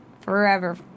forever